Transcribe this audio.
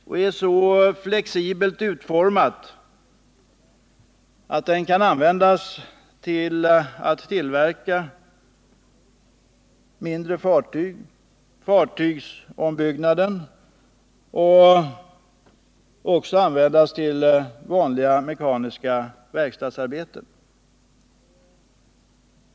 Den är så flexibelt utformad att den kan användas till att klara tillverkning av mindre fartyg och fartygsombyggnader, och den kan också användas för vanliga mekaniska verkstadsarbeten.